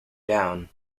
down